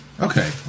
Okay